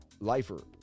Lifer